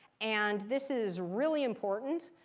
and this is really important.